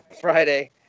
Friday